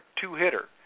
two-hitter